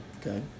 Okay